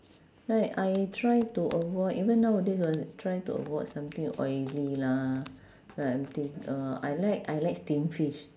like I try to avoid even nowadays I try to avoid something oily lah like I'm think uh I like I like steamed fish